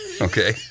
Okay